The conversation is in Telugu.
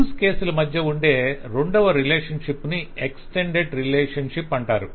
యూజ్ కేసుల మధ్య ఉండే రెండవ రిలేషన్షిప్ ని ఎక్స్టెండ్ రిలేషన్షిప్ అంటారు